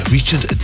Richard